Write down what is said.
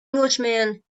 englishman